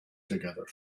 together